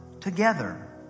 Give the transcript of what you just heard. together